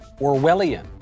Orwellian